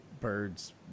birds